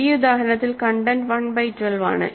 ഈ ഉദാഹരണത്തിൽ content 1 by 12 ആണ്